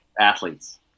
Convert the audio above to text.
Athletes